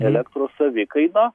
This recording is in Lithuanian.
elektros savikainą